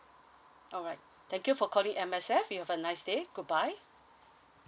alright thank you for calling M_S_F you have a nice day goodbye